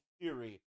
theory